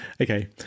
Okay